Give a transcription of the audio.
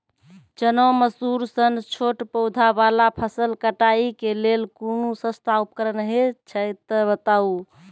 चना, मसूर सन छोट पौधा वाला फसल कटाई के लेल कूनू सस्ता उपकरण हे छै तऽ बताऊ?